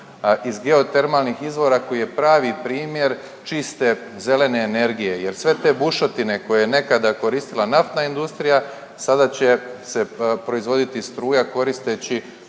iz geotermalnih izvora koji je pravi primjer čiste zelene energije. Jer sve te bušotine koje je nekada koristila naftna industrija, sada će se proizvoditi struja koristeći